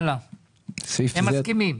הם מסכימים.